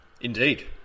Indeed